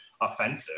offensive